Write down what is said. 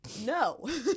No